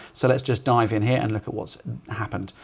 so let's just dive in here and look at what's happened.